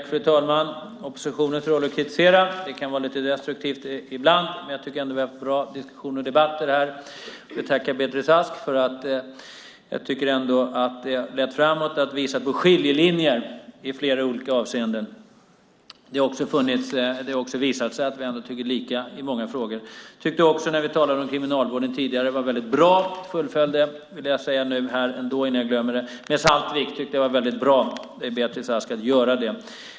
Fru talman! Oppositionens roll är att kritisera. Det kan vara lite destruktivt ibland. Jag tycker ändå att vi har haft bra diskussioner här. Jag tackar Beatrice Ask. Jag tycker att det har lett framåt att visa på skiljelinjer i olika avseenden. Det har också visat sig att vi tycker lika i många frågor. Jag tycker också att det var väldigt bra när vi talade om kriminalvården tidigare. Det var bra av Beatrice Ask att fullfölja frågan om Saltvik.